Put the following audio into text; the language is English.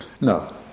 No